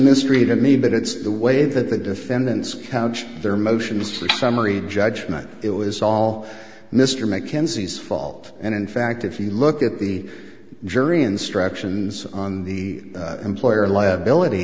mystery to me but it's the way that the defendants couched their motions for summary judgment it was all mr mckenzie's fault and in fact if you look at the jury instructions on the employer liability